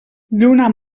lluna